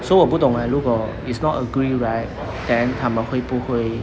so 我不懂 eh 如果 is not agree right then 他们会不会